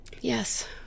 Yes